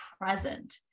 present